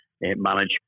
manage